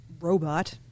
robot